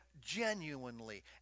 genuinely